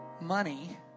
money